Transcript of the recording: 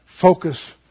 focus